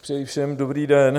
Přeji všem dobrý den.